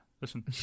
listen